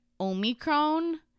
Omicron